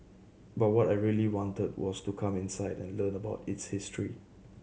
but what I really wanted was to come inside and learn about its history